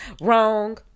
Wrong